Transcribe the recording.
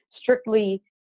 strictly